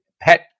pet